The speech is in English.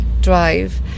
drive